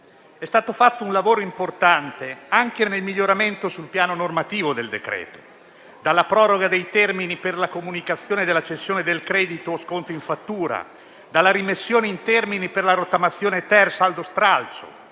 È stato fatto un lavoro importante anche nel miglioramento sul piano normativo del decreto, dalla proroga dei termini per la comunicazione della cessione del credito o sconto in fattura alla rimessione in termini per la rottamazione-*ter* e saldo stralcio.